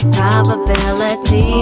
probability